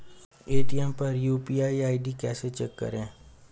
Paytm पर UPI ID कैसे check करें?